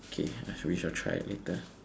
okay I we shall try later